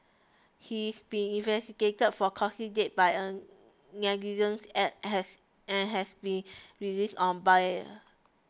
he is being investigated for causing death by a negligent act has and has been released on bail